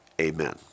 amen